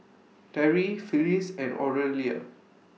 Terrie Phillis and Aurelia